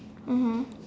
mmhmm